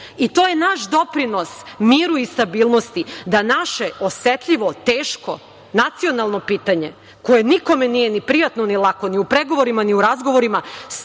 i to je naš doprinos miru i stabilnosti, da naše osetljivo, teško, nacionalno pitanje, koje nikome nije ni prijatno ni lako, ni u pregovorima ni u razgovorima,